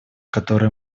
которые